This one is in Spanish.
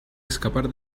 escapar